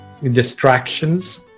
distractions